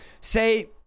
Say